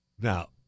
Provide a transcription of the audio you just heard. Now